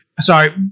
sorry